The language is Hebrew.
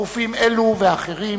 גופים אלו ואחרים